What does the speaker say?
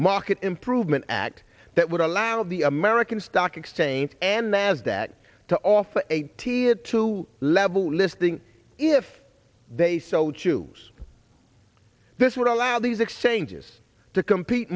market improves act that would allow the american stock exchange and nasdaq to offer a t a two level listing if they so choose this would allow these exchanges to compete